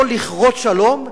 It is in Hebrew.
יכול לכרות שלום,